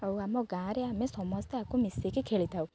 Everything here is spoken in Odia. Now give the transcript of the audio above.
ଆଉ ଆମ ଗାଁରେ ଆମେ ସମସ୍ତେ ଆକୁ ମିଶିକି ଖେଳି ଥାଉ